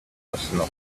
arsenal